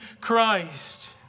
Christ